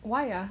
why ah